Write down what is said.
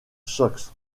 sox